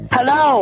Hello